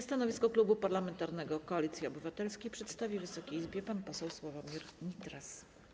Stanowisko Klubu Parlamentarnego Koalicja Obywatelska przedstawi Wysokiej Izbie pan poseł Sławomir Nitras.